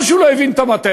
או שהוא לא הבין את המאטריה,